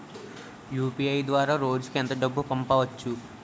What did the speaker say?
UPI ద్వారా రోజుకి ఎంత డబ్బు పంపవచ్చు?